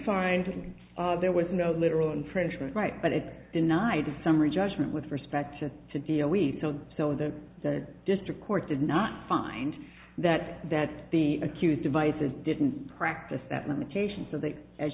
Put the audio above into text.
find it there was no literal infringement right but it denied a summary judgment with respect to d l we so so the district court did not find that that the accused devices didn't practice that limitation so they as